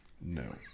No